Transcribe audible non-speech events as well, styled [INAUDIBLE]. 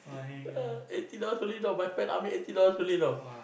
[BREATH] eighty dollars only know my friend army eighty dollars only you know